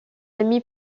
ami